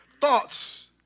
thoughts